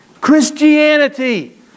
Christianity